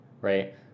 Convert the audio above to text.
right